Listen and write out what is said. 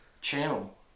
channel